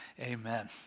amen